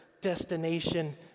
destination